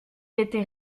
était